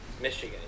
Michigan